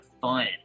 fun